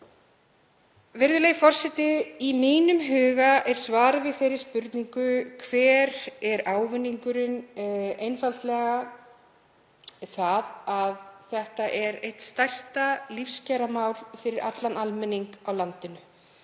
Virðulegi forseti. Í mínum huga er svarið við spurningunni hver ávinningurinn yrði einfaldlega það að þetta er eitt stærsta lífskjaramál fyrir allan almenning á landinu.